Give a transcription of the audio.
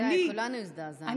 בוודאי, כולנו הזדעזענו.